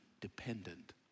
dependent